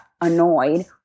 annoyed